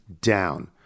down